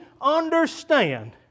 understand